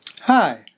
Hi